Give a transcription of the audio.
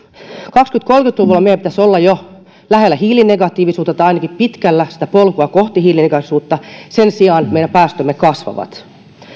kaksituhattakolmekymmentä luvulla meidän pitäisi olla jo lähellä hiilinegatiivisuutta tai ainakin pitkällä sitä polkua kohti hiilinegatiivisuutta sen sijaan meidän päästömme kasvavat